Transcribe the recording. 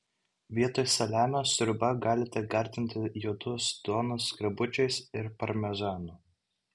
vietoj saliamio sriubą galite gardinti juodos duonos skrebučiais ir parmezanu